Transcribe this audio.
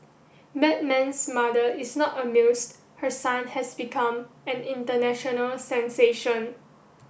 Batman's mother is not amused her son has become an international sensation